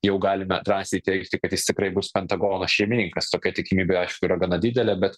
jau galime drąsiai teigti kad jis tikrai bus pentagono šeimininkas tokia tikimybė aišku yra gana didelė bet